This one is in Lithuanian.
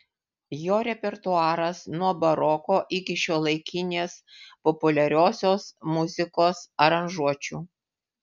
jo repertuaras nuo baroko iki šiuolaikinės populiariosios muzikos aranžuočių